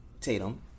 Tatum